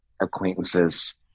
acquaintances